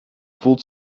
voelt